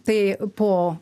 tai po